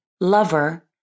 lover